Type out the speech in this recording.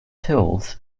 tools